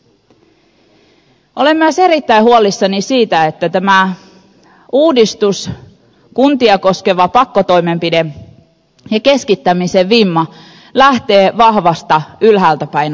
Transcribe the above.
olen myös erittäin huolissani siitä että tämä uudistus kuntia koskeva pakkotoimenpide ja keskittämisen vimma lähtee vahvasta ylhäältä päin ohjailusta